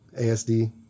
ASD